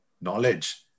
knowledge